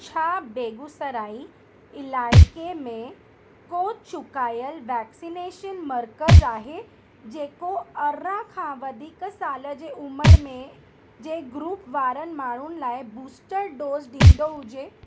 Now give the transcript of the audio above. छा बेगुसराई इलाइक़े में को चुकायल वैक्सीनेशन मर्कज़ आहे जेको अरिड़ाहं खां वधीक साल जे उमिरि में जे ग्रुप वारनि माण्हुनि लाइ बूस्टर डोज़ ॾींदो हुजे